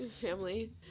Family